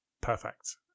perfect